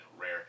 rare